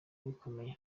bikomeye